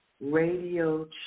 Radio